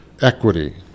equity